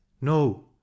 No